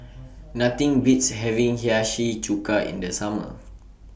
Nothing Beats having Hiyashi Chuka in The Summer